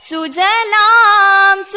Sujalam